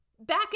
back